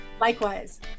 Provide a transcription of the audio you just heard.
Likewise